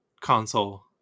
console